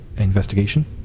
Investigation